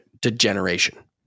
degeneration